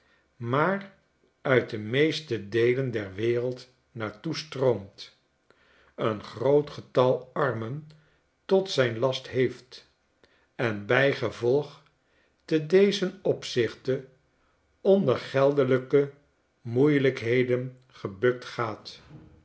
maar uit de meeste deelen der wereld naar toe stroomt een groot getal armen tot zijn last heeft en bijgevolg te dezen opzichte onder geldelijke moeielijkheden gebuktgaat